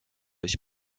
ich